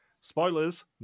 spoilers